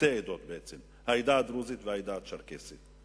שתי עדות בעצם: העדה הדרוזית והעדה הצ'רקסית.